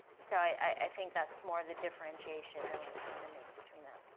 so i think that's more the differentiation i want i want to make between them.